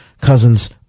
cousins